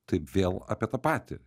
taip vėl apie tą patį